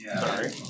Sorry